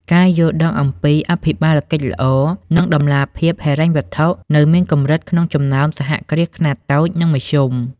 ការយល់ដឹងអំពី អភិបាលកិច្ចល្អ និងតម្លាភាពហិរញ្ញវត្ថុ នៅមានកម្រិតក្នុងចំណោមសហគ្រាសខ្នាតតូច និងមធ្យម។